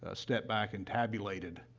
ah stepped back and tabulated,